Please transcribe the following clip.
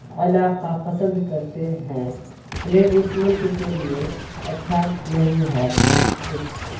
علاقہ پسند کرتے ہیں یہ اس ملک کے لیے اچھا نہیں ہے اس